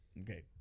Okay